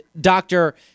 doctor